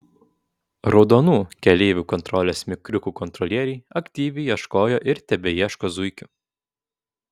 raudonų keleivių kontrolės mikriukų kontrolieriai aktyviai ieškojo ir tebeieško zuikių